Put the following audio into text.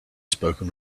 spoken